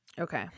okay